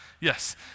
Yes